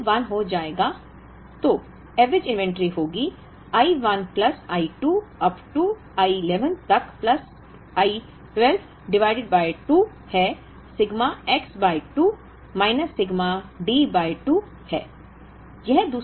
तो यह I 1 हो जाएगा I तो औसत एवरेज इन्वेंट्री होगी I 1 plus I 2 up to I 11 तक प्लस I 12 डिवाइडेड बाय 2 है sigma X by 2 minus sigma D by 2 है